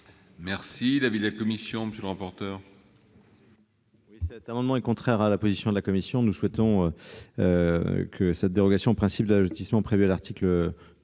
est l'avis de la commission ? Cet amendement est contraire à la position de la commission. Nous souhaitons que cette dérogation au principe de l'allotissement prévue à l'article 38